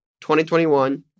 2021